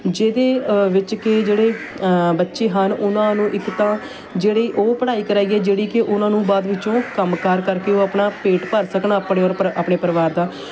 ਜਿਹਦੇ ਵਿੱਚ ਕਿ ਜਿਹੜੇ ਬੱਚੇ ਹਨ ਉਹਨਾਂ ਨੂੰ ਇੱਕ ਤਾਂ ਜਿਹੜੀ ਉਹ ਪੜ੍ਹਾਈ ਕਰਾਈਏ ਜਿਹੜੀ ਕਿ ਉਹਨਾਂ ਨੂੰ ਬਾਅਦ ਵਿੱਚੋਂ ਕੰਮ ਕਾਰ ਕਰਕੇ ਉਹ ਆਪਣਾ ਪੇਟ ਭਰ ਸਕਣ ਆਪਣੇ ਔਰ ਆਪਣੇ ਪਰਿਵਾਰ ਦਾ